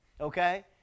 okay